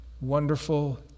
wonderful